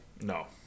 No